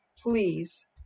Please